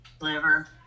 Liver